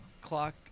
clock